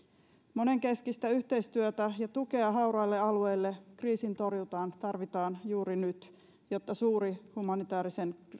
monenkeskistä yhteistyötä ja tukea hauraille alueille kriisin torjuntaan tarvitaan juuri nyt jotta suuri humanitaarisen